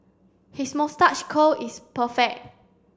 his moustache curl is perfect